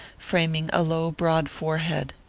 framing a low, broad forehead.